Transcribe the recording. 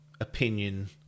opinion